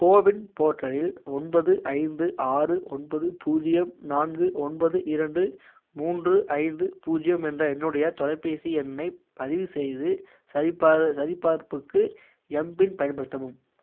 CoWIN போர்ட்டலில் ஒன்பது ஐந்து ஆறு ஒன்பது பூஜ்ஜியம் நான்கு ஒன்பது இரண்டு மூன்று ஐந்து பூஜ்ஜியம் என்ற என்னுடைய தொலைபேசி எண்ணைப் பதிவு செய்து சரிப்பார் சரிபார்ப்புக்கு எம்பின் பயன்படுத்தவும்